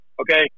okay